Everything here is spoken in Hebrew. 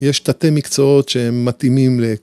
‫יש תתי מקצועות שמתאימים ל...